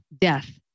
death